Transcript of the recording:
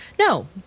No